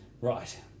Right